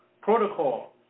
protocol